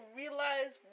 realize